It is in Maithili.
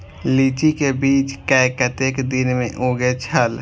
लीची के बीज कै कतेक दिन में उगे छल?